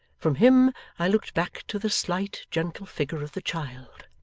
from him i looked back to the slight gentle figure of the child.